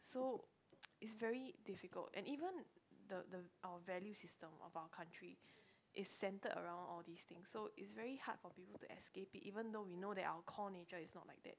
so it's very difficult and even the the our value system of our country is centered around all these things so it's very hard for people to escape it even though we know that our core nature is not like that